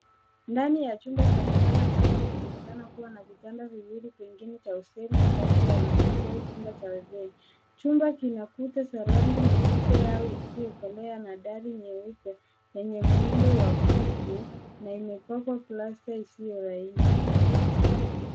Ndani ya chumba cha kulala ambacho kinaonekana kuwa na vitanda viwili pengine cha hosteli malazi ya wanafunzi. Chumba kina kuta za rangi nyeupe isiokolea na dari nyeupe lenye muundo wa kutu na imepakwa plasta isiyo laini